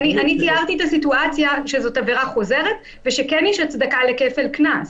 אני תיארתי את הסיטואציה שזו עבירה חוזרת ושכן יש הצדקה לכפל קנס.